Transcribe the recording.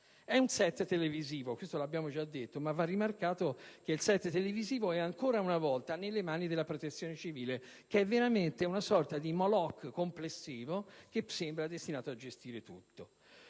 è un *set* televisivo, questo lo abbiamo già detto, ma va rimarcato, che il *set* televisivo è ancora una volta nelle mani della Protezione civile, che è veramente una sorta di moloch complessivo che sembra destinato a gestire tutto.